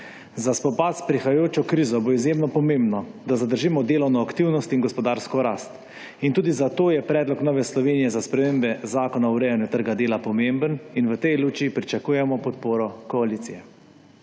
Za spopad s prihajajočo krizo bo izjemno pomembno, da zadržimo delovno aktivnost in gospodarsko rast, in tudi zato je predlog Nove Slovenije za spremembe zakona o urejanju trga dela pomemben in v tej luči pričakujemo podporo koalicije.